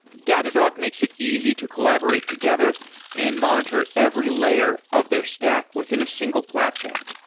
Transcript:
datadog makes it easy to collaborate together and monitor every layer of their stack within a single platform.